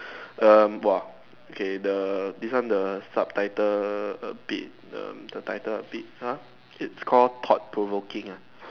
um !wah! okay the this one the subtitle a bit um the title a bit !huh! it's called thought provoking ah